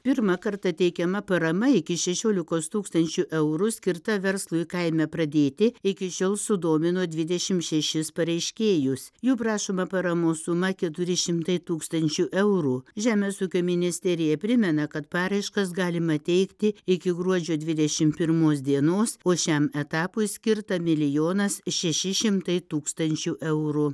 pirmą kartą teikiama parama iki šešiolikos tūkstančių eurų skirta verslui kaime pradėti iki šiol sudomino dvidešimt šešis pareiškėjus jų prašoma paramos suma keturi šimtai tūkstančių eurų žemės ūkio ministerija primena kad paraiškas galima teikti iki gruodžio dvidešimt pirmos dienos o šiam etapui skirtamilijonas šeši šimtai tūkstančių eurų